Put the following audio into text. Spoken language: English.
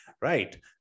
Right